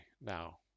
now